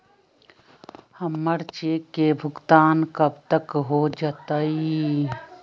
हमर चेक के भुगतान कब तक हो जतई